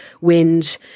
wind